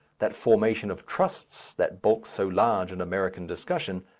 that formation of trusts that bulks so large in american discussion,